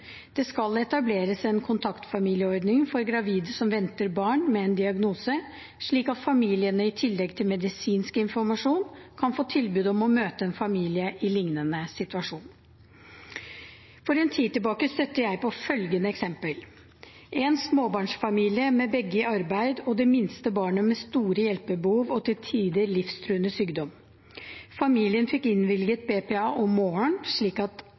Det skal etableres en kontaktfamilieordning for gravide som venter barn med en diagnose, slik at familiene i tillegg til medisinsk informasjon kan få tilbud om å møte en familie i en liknende situasjon. For en tid tilbake støtte jeg på følgende eksempel: en småbarnsfamilie med begge foreldrene i arbeid og det minste barnet med store hjelpebehov og til tider livstruende sykdom. Familien fikk innvilget BPA om morgenen slik at